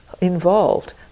involved